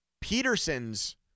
Peterson's